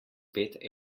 pet